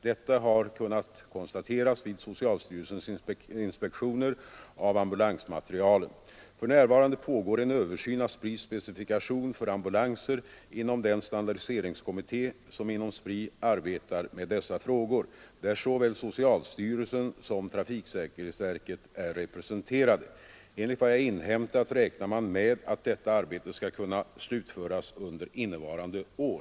Detta har kunnat konstateras vid socialstyrelsens inspektioner av ambulansmaterielen. För närvarande pågår en översyn av SPRI:s specifikation för ambulanser inom den standardiseringskommitté, som inom SPRI arbetar med dessa frågor, där såväl socialstyrelsen som trafiksäkerhetsverket är representerade. Enligt vad jag inhämtat räknar man med att detta arbete skall kunna slutföras under innevarande år.